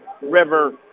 River